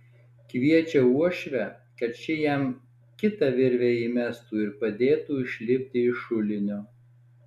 kviečia uošvę kad ši jam kitą virvę įmestų ir padėtų išlipti iš šulinio